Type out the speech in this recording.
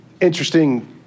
Interesting